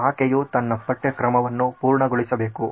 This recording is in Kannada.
ಆಕೆಯು ತನ್ನ ಪಠ್ಯಕ್ರಮವನ್ನು ಪೂರ್ಣಗೊಳಿಸಬೇಕು